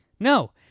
No